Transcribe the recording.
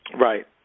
Right